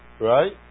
Right